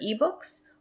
eBooks